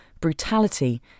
brutality